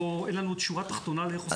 אין לנו עדיין שורה תחתונה איך עושים את זה.